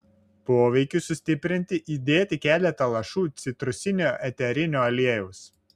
poveikiui sustiprinti įdėti keletą lašų citrusinio eterinio aliejaus